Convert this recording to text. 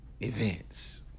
events